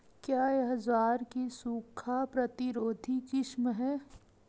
क्या यह ज्वार की सूखा प्रतिरोधी किस्म है?